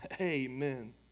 Amen